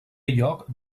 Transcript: lloc